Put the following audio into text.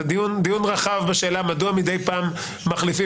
זה דיון רחב בשאלה מדוע מידי פעם מחליפים.